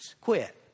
Quit